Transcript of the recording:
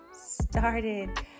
started